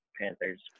Panthers